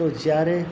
તો જ્યારે